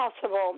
possible